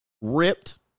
ripped